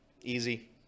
Easy